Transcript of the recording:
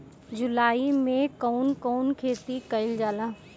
जुलाई मे कउन कउन खेती कईल जाला?